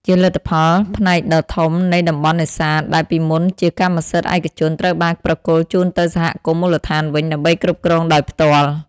ជាលទ្ធផល ផ្នែកដ៏ធំនៃតំបន់នេសាទដែលពីមុនជាកម្មសិទ្ធិឯកជនត្រូវបានប្រគល់ជូនទៅសហគមន៍មូលដ្ឋានវិញ ដើម្បីគ្រប់គ្រងដោយផ្ទាល់។